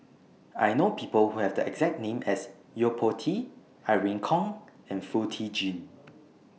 I know People Who Have The exact name as Yo Po Tee Irene Khong and Foo Tee Jun